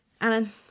Alan